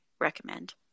recommend